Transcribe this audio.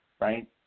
right